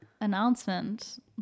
announcement